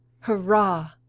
Hurrah